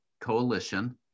Coalition